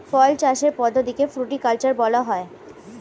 ফল চাষের পদ্ধতিকে ফ্রুটিকালচার বলা হয়